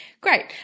great